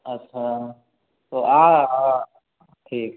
अच्छा तो आ आ ठीक